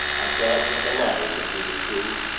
i felt that the latter would be the truth,